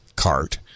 cart